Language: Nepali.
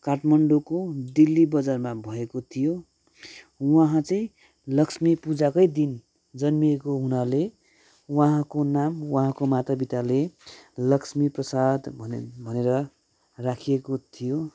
काठमाडौँको डिल्ली बजारमा भएको थियो उहाँ चाहिँ लक्ष्मी पुजाकै दिन जन्मिएको हुनाले उहाँको नाम उहाँको मातापिताले लक्ष्मीप्रसाद भने भनेर राखिएको थियो